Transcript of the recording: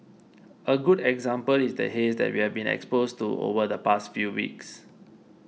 a good example is the haze that we have been exposed to over the past few weeks